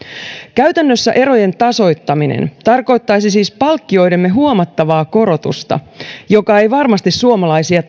käytännössä erojen tasoittaminen tarkoittaisi siis palkkioidemme huomattavaa korotusta joka ei varmasti suomalaisia